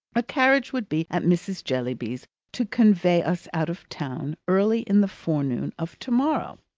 a carriage would be at mrs. jellyby's to convey us out of town early in the forenoon of to-morrow.